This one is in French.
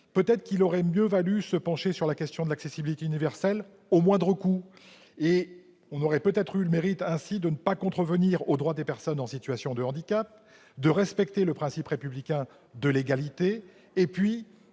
Peut-être aurait-il mieux valu se pencher sur la question de l'accessibilité universelle au moindre coût. Ainsi, nous aurions eu le mérite de ne pas contrevenir aux droits des personnes en situation de handicap, de respecter le principe républicain de l'égalité ...